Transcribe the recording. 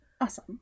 Awesome